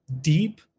deep